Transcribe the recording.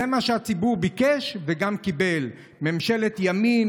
זה מה שהציבור ביקש וגם קיבל: ממשלת ימין,